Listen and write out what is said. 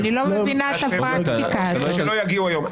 אמרו שלא יגיעו היום.